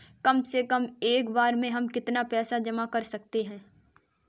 कम से कम एक बार में हम कितना पैसा जमा कर सकते हैं?